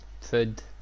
food